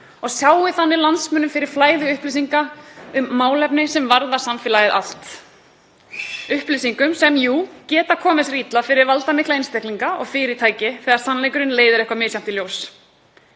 og sjá landsmönnum þannig fyrir flæði upplýsinga um málefni sem varða samfélagið allt; upplýsingum sem geta komið sér illa fyrir valdamikla einstaklinga og fyrirtæki þegar sannleikurinn leiðir eitthvað misjafnt í ljós.